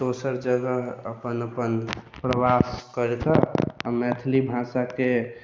दोसर जगह अपन अपन प्रवास करके आओर मैथिली भाषाके